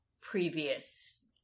previous